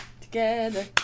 together